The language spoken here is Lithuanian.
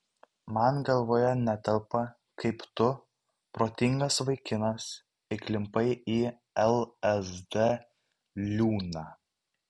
man galvoje netelpa kaip tu protingas vaikinas įklimpai į lsd liūną